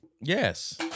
Yes